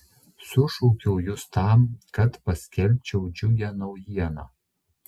sušaukiau jus tam kad paskelbčiau džiugią naujieną